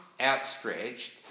outstretched